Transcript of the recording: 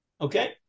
Okay